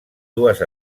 dues